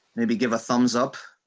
maybe give a thumbs up.